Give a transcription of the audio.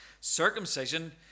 circumcision